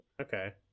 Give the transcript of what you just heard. okay